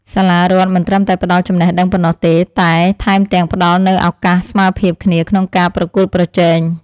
សាលារដ្ឋមិនត្រឹមតែផ្តល់ចំណេះដឹងប៉ុណ្ណោះទេតែថែមទាំងផ្តល់នូវឱកាសស្មើភាពគ្នាក្នុងការប្រកួតប្រជែង។